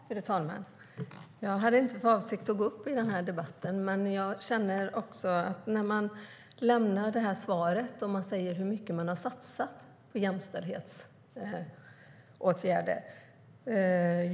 Fru talman! Jag hade inte för avsikt att gå upp i debatten, men jag ville säga något när statsrådet i sitt svar tog upp att så mycket hade satsats i pengar på jämställdhetsåtgärder.